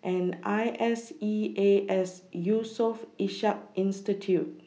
and I S E A S Yusof Ishak Institute